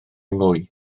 mwy